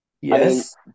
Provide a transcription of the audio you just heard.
Yes